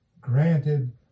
granted